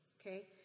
okay